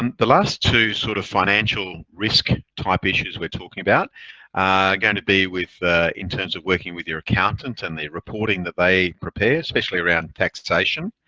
um the last two sort of financial risk type issues we're talking about are going to be with in terms of working with your accountant and the reporting that they prepare, especially around taxation.